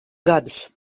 gadus